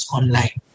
online